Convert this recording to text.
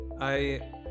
I-